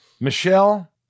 Michelle